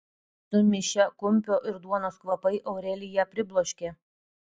sumišę kumpio ir duonos kvapai aureliją pribloškė